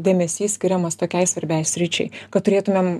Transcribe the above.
dėmesys skiriamas tokiai svarbiai sričiai kad turėtumėm